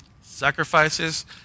Sacrifices